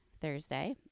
Thursday